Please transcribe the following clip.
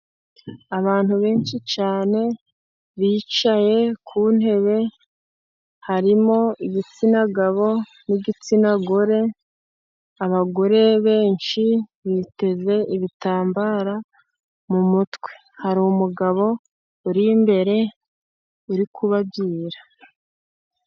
Abantu benshi cyane bicaye ku ntebe harimo igitsina gabo n'igitsina gore, abagore benshi biteze ibitambara mu mutwe, hari umugabo uri imbere uri kubabyinira.